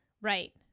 right